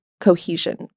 cohesion